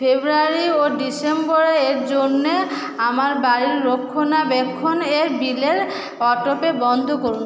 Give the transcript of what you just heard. ফেব্রুয়ারি ও ডিসেম্বর এর জন্যে আমার বাড়ি রক্ষণাবেক্ষণের বিলের অটোপে বন্ধ করুন